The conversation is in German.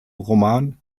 roman